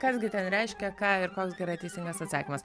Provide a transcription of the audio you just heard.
kas gi ten reiškia ką ir koks gi yra teisingas atsakymas